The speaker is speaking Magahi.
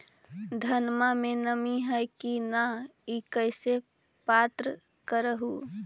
धनमा मे नमी है की न ई कैसे पात्र कर हू?